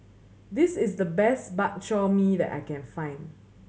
this is the best Bak Chor Mee that I can find